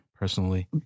personally